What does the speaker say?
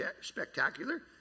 spectacular